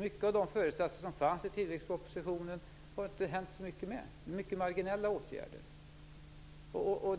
Många av de föresatser som fanns i tilläggspropositionen har det inte hänt så mycket med. Det har varit mycket marginella åtgärder.